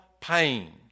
pain